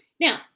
Now